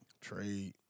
Trade